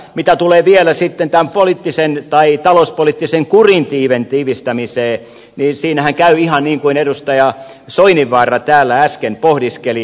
mitä tulee vielä sitten talouspoliittisen kurin tiivistämiseen niin siinähän käy ihan niin kuin edustaja soininvaara täällä äsken pohdiskeli